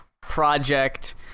project